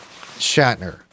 Shatner